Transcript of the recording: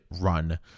run